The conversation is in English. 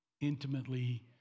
intimately